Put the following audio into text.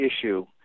issue